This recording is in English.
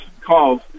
calls